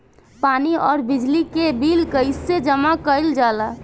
पानी और बिजली के बिल कइसे जमा कइल जाला?